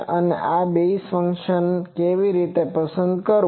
અને આ બેઝીસ ફંક્શનને કેવી રીતે પસંદ કરવું